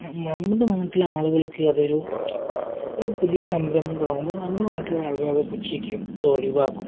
നമ്മുടെ നാട്ടിലെ ആളുകൾക്ക് അത് ഒരു ഒരു പുതിയ സംരംഭം തുടങ്ങുമ്പോൾ നമ്മൾ നാട്ടിലുള്ള ആളുകൾ അത് പുച്ഛിക്കും അത് ഒഴിവാക്കും